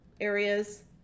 areas